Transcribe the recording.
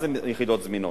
מה זה יחידות זמינות?